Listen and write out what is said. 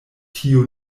tiu